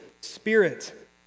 spirit